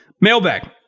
Mailbag